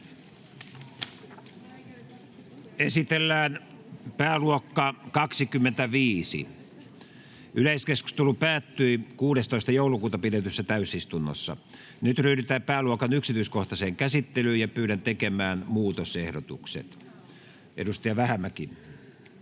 Esitellään pääluokka 25. Yleiskeskustelu päättyi 16.12.2022 pidetyssä täysistunnossa. Nyt ryhdytään pääluokan yksityiskohtaiseen käsittelyyn. [Speech 4] Speaker: Matti Vanhanen